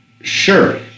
Sure